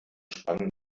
spannen